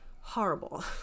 horrible